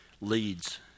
leads